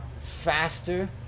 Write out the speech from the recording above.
faster